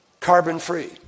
carbon-free